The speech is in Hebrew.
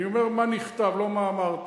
אני אומר מה נכתב, לא מה אמרת,